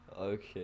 Okay